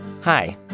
Hi